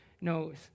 knows